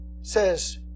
Says